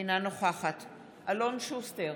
אינה נוכחת אלון שוסטר,